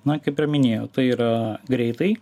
na kaip ir minėjau tai yra greitai